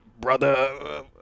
brother